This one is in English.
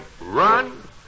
run